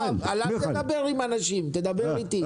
אל תדבר עם אנשים, דבר אתי.